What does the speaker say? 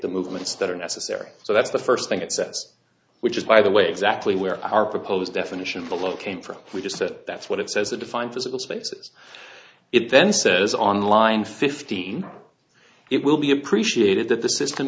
the movements that are necessary so that's the first thing it says which is by the way exactly where our proposed definition fellow came from we just said that's what it says it defined physical spaces it then says on line fifteen it will be appreciated that the system